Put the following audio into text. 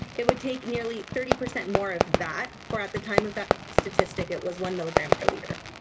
it would take nearly thirty percent more of that for at the time of that statistic it was one milligram per liter.